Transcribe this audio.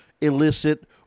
illicit